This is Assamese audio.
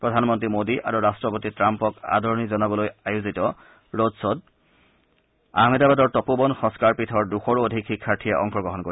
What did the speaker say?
প্ৰধানমন্ত্ৰী মোদী আৰু ৰাট্টপতি ট্টাম্পক আদৰণি জনাবলৈ আয়োজিত ৰ'ড গ্বোত আহমেদাবাদৰ তপোবন সংস্কাৰ পীঠৰ দুশৰো অধিক শিক্ষাৰ্থীয়েও অংশগ্ৰহণ কৰিব